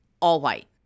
all-white